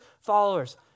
followers